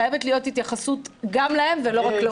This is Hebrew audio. חייבת להיות התייחסות גם להם ולא רק לעובדים.